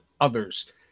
others